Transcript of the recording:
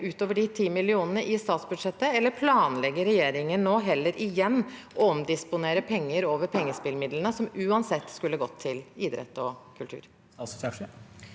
utover de ti millionene i statsbudsjettet, eller planlegger regjeringen nå heller igjen å omdisponere penger over pengespillmidlene, som uansett skulle gått til idrett og kultur?